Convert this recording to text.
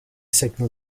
signal